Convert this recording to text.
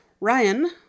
Ryan